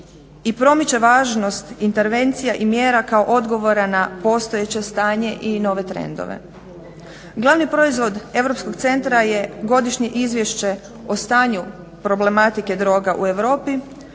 i promiče važnost intervencija i mjera kao odgovora na postojeće stanje i nove trendove. Glavni proizvod Europskog centra je godišnje izvješće o stanju problematike droga u Europi